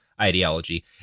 ideology